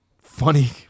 funny